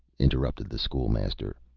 interrupted the school-master.